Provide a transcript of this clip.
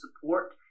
support